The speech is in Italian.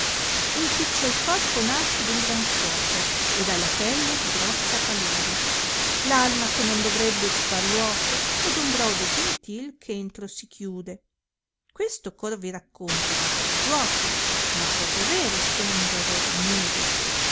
un picciol corpo nasce d un gran fuoco ed ha la pelle di grossa palude l alma che non dovrebbe occupar luoco è d un brodo gentil eh entro si chiude questo eh or vi racconto vi par giuoco ma cose vere son d error ignude